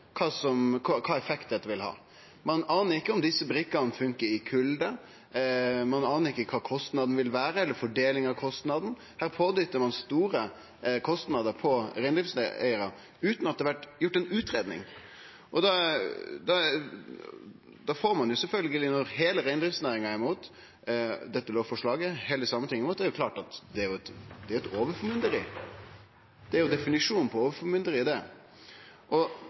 kva effekt dette vil ha. Ein aner ikkje om desse brikkene funkar i kulde, ein aner ikkje kva kostnadene eller fordelinga av kostnadene vil vere. Her dyttar ein store kostnader på reineigarane utan at det er gjort ei utgreiing. Da får ein sjølvsagt heile reindriftsnæringa imot seg med dette lovforslaget, og heile Sametinget også. Det er klart at dette er eit overformynderi. Det er jo definisjonen på overformynderi. Da er spørsmålet mitt til statsråden om det finst ei skikkeleg utgreiing på dette området som viser at ein får betre kontroll og